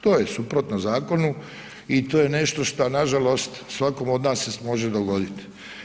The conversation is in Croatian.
To je suprotno zakonu i to je nešto šta nažalost svakom od nas se može dogoditi.